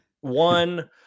One